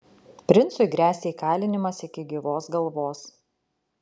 princui gresia įkalinimas iki gyvos galvos